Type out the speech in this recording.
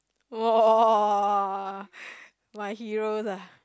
!woah! my heroes ah